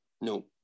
No